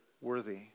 worthy